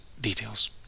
details